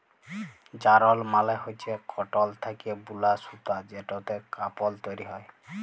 যারল মালে হচ্যে কটল থ্যাকে বুলা সুতা যেটতে কাপল তৈরি হ্যয়